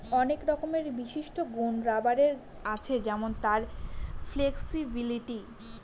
অনেক রকমের বিশিষ্ট গুন রাবারের আছে যেমন তার ফ্লেক্সিবিলিটি